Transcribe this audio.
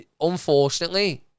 unfortunately